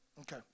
Okay